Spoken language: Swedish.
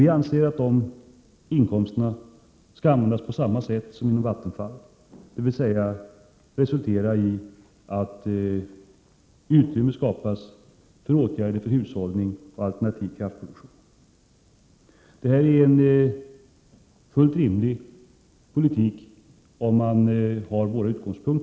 Vi anser att de inkomsterna skall användas på samma sätt, dvs. de skall resultera i att utrymme skapas för åtgärder för hushållning och alternativ kraftproduktion. Detta är, med våra utgångpunkter, en fullt rimlig politik.